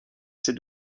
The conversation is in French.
ses